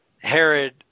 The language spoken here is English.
Herod